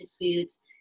foods